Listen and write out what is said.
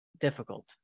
difficult